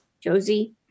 Josie